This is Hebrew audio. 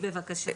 בבקשה.